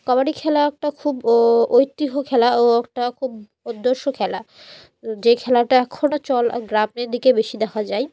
কাবাডি খেলা একটা খুব ঐতিহ্য খেলা ও একটা খুব খেলা যে খেলাটা এখনও চল গ্রামের দিকে বেশি দেখা যায়